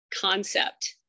concept